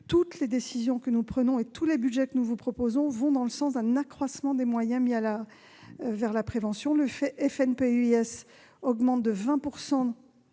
Toutes les décisions que nous prenons et tous les budgets que nous vous proposons vont dans le sens d'un accroissement des moyens dédiés à la prévention : le FNPEIS, le